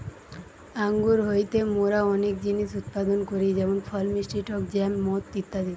আঙ্গুর হইতে মোরা অনেক জিনিস উৎপাদন করি যেমন ফল, মিষ্টি টক জ্যাম, মদ ইত্যাদি